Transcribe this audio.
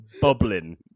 bubbling